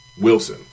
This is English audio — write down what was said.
Wilson